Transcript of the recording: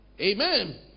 Amen